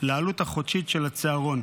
על העלות החודשית של הצהרון.